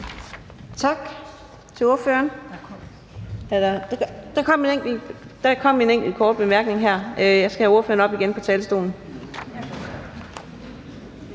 Tak til ordføreren. Der kom lige en enkelt kort bemærkning her – jeg skal have ordføreren op på talerstolen